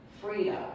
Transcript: freedom